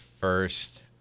first